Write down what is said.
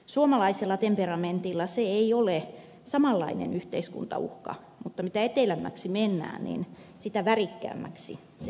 suomalaisella temperamentilla se ei ole samanlainen yhteiskuntauhka mutta mitä etelämmäksi mennään sitä värikkäämmäksi se yhteiskuntauhkana tulee